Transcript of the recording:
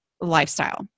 lifestyle